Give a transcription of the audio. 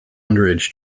underage